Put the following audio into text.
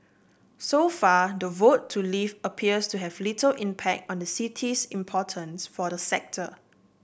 so far the vote to leave appears to have little impact on the city's importance for the sector